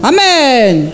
Amen